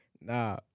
Nah